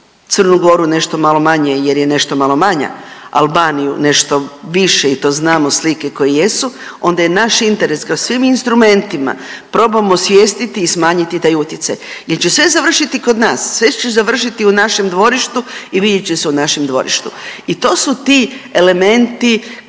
Crnu Goru nešto malo manje jer je nešto malo manja, Albaniju nešto više i to znamo slike koje jesu onda je naš interes … svim instrumentima probamo osvijestiti i smanjiti taj utjecaj jer će sve završiti kod nas, sve će završiti u našem dvorištu i vidjet će se u našem dvorištu i to su ti elementi koje